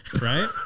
right